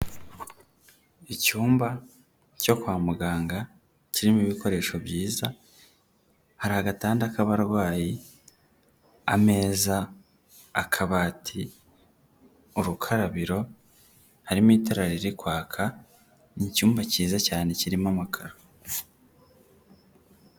Icyumba cyo kwa muganga kirimo ibikoresho byiza hari agatanda k'abarwayi, ameza, akabati urukarabiro, harimo itara ririkwaka, ni icyumba cyiza cyane kirimo amakaro.